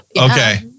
Okay